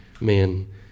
man